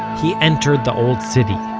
he entered the old city,